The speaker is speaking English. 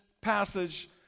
passage